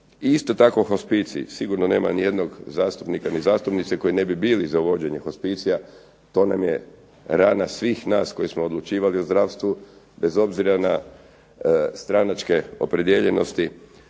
…/Ne razumije se./… sigurno nema ni jednog zastupnika ni zastupnice koji ne bi bili za uvođenje hospicija, to nam je rana svih nas koji smo odlučivali o zdravstvu, bez obzira na stranačke opredijeljenosti,